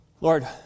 Lord